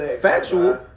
factual